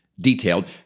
detailed